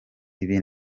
ibi